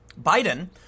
Biden